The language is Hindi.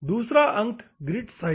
दूसरा अंक है ग्रिट साइज